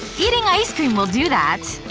eating ice cream will do that.